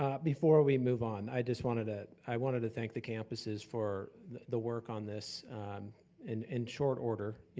um before we move on, i just wanted to, i wanted to thank the campuses for the work on this in in short order,